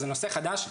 אז זה נושא חדש לגמרי.